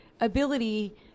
ability